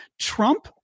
trump